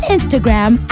Instagram